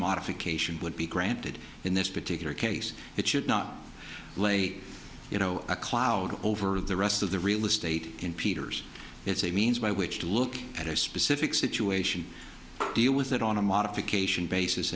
modification would be granted in this particular case it should not lay you know a cloud over the rest of the real estate in peter's it's a means by which to look at a specific situation deal with it on a modification basis